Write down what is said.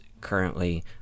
currently